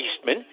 Eastman